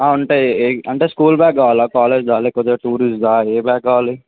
ఉంటాయి ఏ అంటే స్కూల్ బ్యాగ్ కావాలా కాలేజ్దా లేకపోతే టూరిస్ట్దా ఏ బ్యాగ్ కావాలి